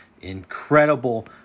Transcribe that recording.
incredible